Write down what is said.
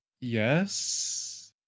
Yes